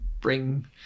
bring